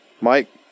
Mike